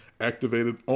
activated